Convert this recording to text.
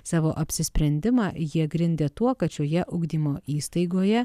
savo apsisprendimą jie grindė tuo kad šioje ugdymo įstaigoje